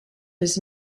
his